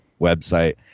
website